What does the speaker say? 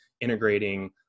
integrating